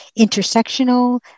intersectional